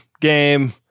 game